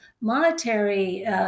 monetary